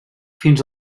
fins